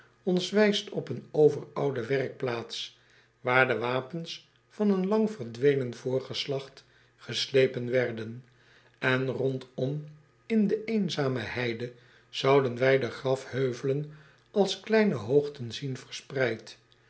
ons wijst op een overoude werkplaats waar de wapens van een lang verdwenen voorgeslacht geslepen werden en rondom in de eenzame heide zouden wij de grafheuvelen als kleine hoogten zien verspreid